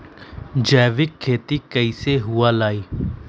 जैविक खेती कैसे हुआ लाई?